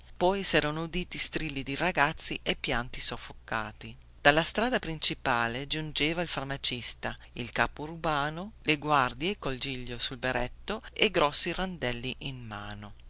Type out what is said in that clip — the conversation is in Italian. poi serano uditi strilli di ragazzi e pianti soffocati dalla strada principale giungevano il farmacista il capo urbano le guardie col giglio sul berretto e grossi randelli in mano